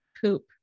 poop